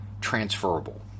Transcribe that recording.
transferable